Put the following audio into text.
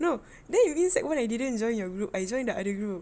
no then you mean sec one I didn't join your group I join the other group